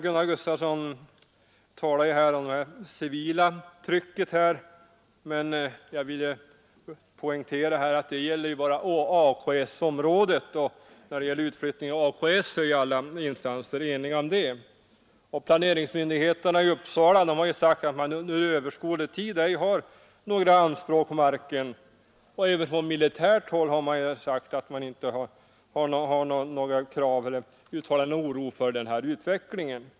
Gunnar Gustafsson talade också om det civila trycket, men jag vill poängtera att det gäller bara AKS-området, och när det gäller utflyttningen av AKS är alla instanser eniga. Planeringsmyndigheterna i Uppsala har ju också sagt att man under överskådlig tid inte har några anspråk på marken, och på militärt håll har man inte uttalat någon oro för denna utveckling.